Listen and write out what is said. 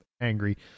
angry